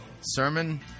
sermon